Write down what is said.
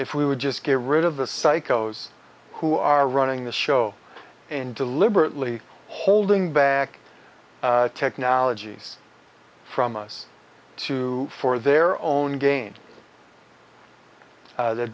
if we would just get rid of the psychos who are running the show and deliberately holding back technologies from us to for their own gain that